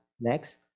Next